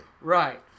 Right